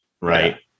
right